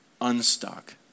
unstuck